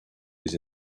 les